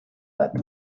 bat